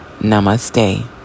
Namaste